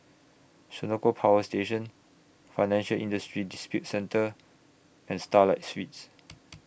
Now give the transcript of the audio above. Senoko Power Station Financial Industry Disputes Center and Starlight Suites